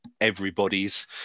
everybody's